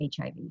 HIV